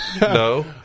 no